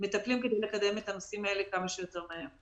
מטפלים כדי לקדם את הנושאים האלה כמה שיותר מהר.